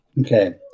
Okay